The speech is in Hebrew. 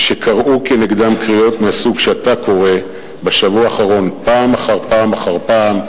שקראו כנגדם קריאות מהסוג שאתה קורא בשבוע האחרון פעם אחר פעם אחר פעם,